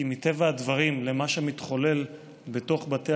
כי מטבע הדברים למה שמתחולל בתוך בתי